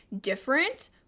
different